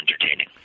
entertaining